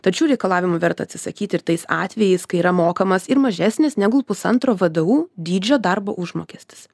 tačiau reikalavimų verta atsisakyti ir tais atvejais kai yra mokamas ir mažesnis negu pusantro vdu dydžio darbo užmokestis